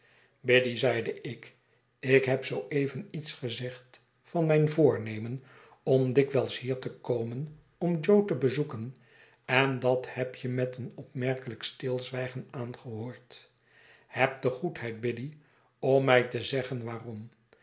biddy zeide ik ik heb zoo even iets gezegd van mijn voornemen om dikwijls hier te komen om jo te bezoeken en dat heb je met een opmerkelijk stilzwijgen aangehoord heb de goedheid biddy om mij te zeggen waarom